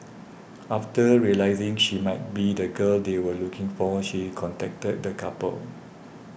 after realising she might be the girl they were looking for she contacted the couple